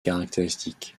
caractéristiques